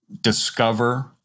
discover